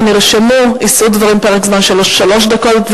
נרשמו יישאו דברים בפרק זמן של שלוש דקות.